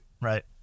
right